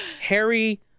Harry